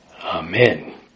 Amen